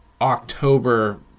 October